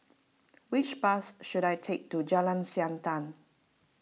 which bus should I take to Jalan Siantan